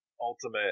ultimate